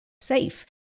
safe